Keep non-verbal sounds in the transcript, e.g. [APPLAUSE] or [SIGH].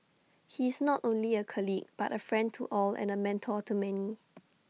he is not only A colleague but A friend to all and A mentor to many [NOISE]